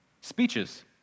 speeches